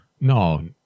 No